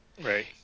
Right